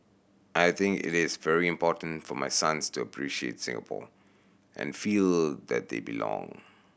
I think it is very important for my sons to appreciate Singapore and feel that they belong